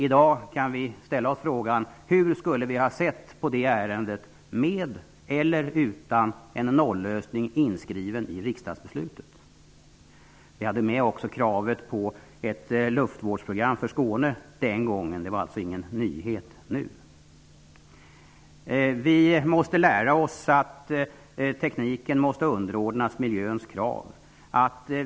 I dag kan vi ställa oss frågan: Hur skulle vi ha sett på ärendet med eller utan en nollösning inskriven i riksdagsbeslutet? Vi hade den gången med också kravet på ett luftvårdsprogram för Skåne; det är ingen nyhet nu. Vi måste lära oss att tekniken måste underordnas miljöns krav.